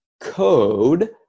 code